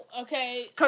Okay